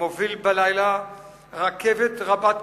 מוביל בלילה רכבת רבת קרונות.